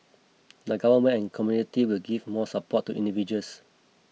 the Government and community will give more support to individuals